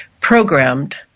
programmed